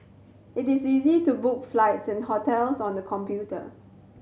it is easy to book flights and hotels on the computer